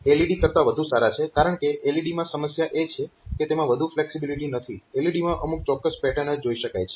તેઓ LED કરતાં વધુ સારા છે કારણકે LED માં સમસ્યા એ છે કે તેમાં વધુ ફ્લેક્સીબિલીટી નથી LED માં અમુક ચોક્કસ પેટર્ન જ જોઈ શકાય છે